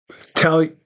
tell